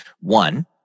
one